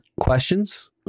questions